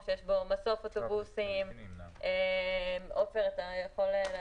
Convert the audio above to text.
בסוף גם אם נכנס חולה קורונה, אתה רוצה אחר כך